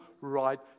right